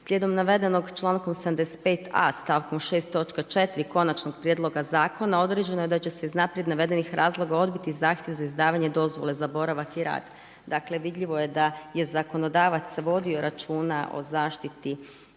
Slijedom navedenog člankom 75.a stavkom 6. točka 4. konačnog prijedloga zakona određeno je da će se iz naprijed navedenih razloga odbiti zahtjev za izdavanje dozvole za boravak i rad. Dakle vidljivo je da je zakonodavac vodio računa o zaštiti